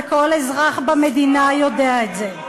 וכל אזרח במדינה יודע את זה.